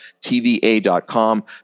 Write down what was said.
TVA.com